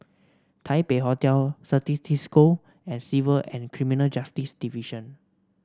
Taipei Hotel Certis Cisco and Civil and Criminal Justice Division